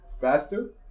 faster